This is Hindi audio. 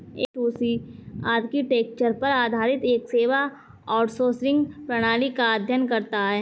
ऍफ़टूसी आर्किटेक्चर पर आधारित एक सेवा आउटसोर्सिंग प्रणाली का अध्ययन करता है